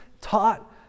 taught